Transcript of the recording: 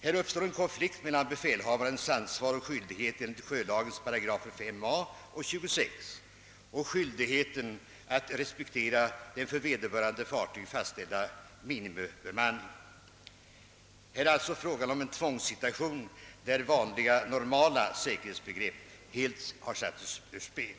Här uppstår en konflikt mellan befälhavarens ansvar och skyldighet enligt sjölagens §§ 5a och 26 och skyldigheten att respektera den för vederbörande fartyg fastställda minimibemanningen. Här är det alltså fråga om en tvångssituation, där vanliga, normala säkerhetsbegrepp helt satts ur spel.